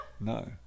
No